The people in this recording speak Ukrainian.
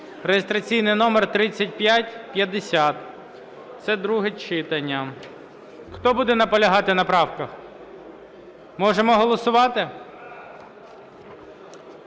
(реєстраційний номер 3550), це друге читання. Хто буде наполягати на правках? Можемо голосувати.